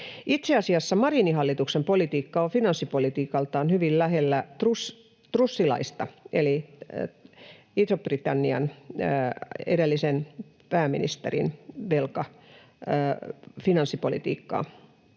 Itse asiassa Marinin hallituksen politiikka on finanssipolitiikaltaan hyvin lähellä trussilaista eli Ison-Britannian edellisen pääministerin finanssipolitiikkaa.